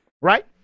right